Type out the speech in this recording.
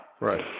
Right